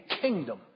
kingdom